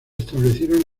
establecieron